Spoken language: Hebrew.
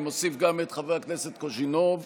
אני מוסיף גם את חבר הכנסת קוז'ינוב בעד,